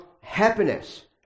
happiness